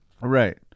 Right